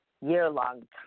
year-long